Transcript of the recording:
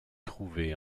trouvée